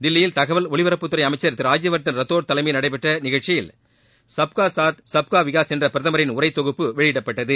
தில்லியில் தகவல் ஒலிபரப்புத்துறை அமைச்சர் திரு ராஜ்யவர்தன் ரத்தோர் தலைமையில் நடைபெற்ற நிகழ்ச்சியில் சப்கா சாத் சப்கா விகாஷ் என்ற பிரதமரின் உரை தொகுப்பு வெளியிட்டப்பட்டது